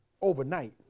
overnight